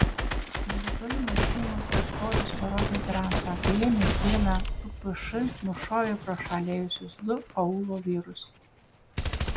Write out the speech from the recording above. nebetoli mašinų prochoras parodė drąsą paėmęs vieną ppš nušovė pro šalį ėjusius du aūlo vyrus